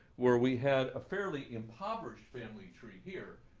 where we had a fairly impoverished family tree here,